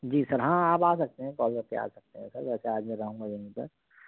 جی sir ہاں آپ آ سکتے ہیں کال کر کے آ سکتے ہیں سر ویسے آج میں رہوں گا یہیں پر